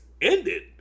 ended